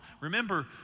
remember